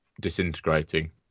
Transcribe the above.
disintegrating